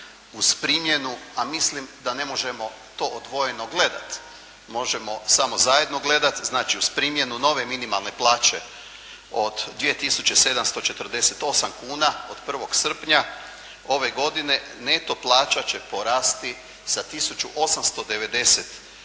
uz primjenu, a mislim da ne možemo to odvojeno gledati. Možemo samo zajedno gledati. Znači, uz primjenu nove minimalne plaće od 2748 kuna od 1. srpnja ove godine neto plaća će porasti sa 1890